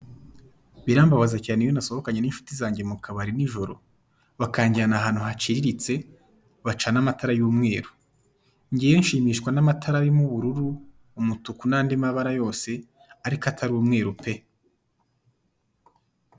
Birambabaza cyane iyo nasohokanye n'inshuti zange mu kabari nijoro bakanjyana ahantu haciriritse bacana amatara y'umweru. Ngewe nshimishwa n'amatara arimo ubururu, umutuku n'andi mabara yose ariko atari umweru pe.